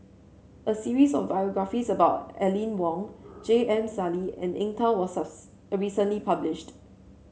a series of biographies about Aline Wong J M Sali and Eng Tow was recently published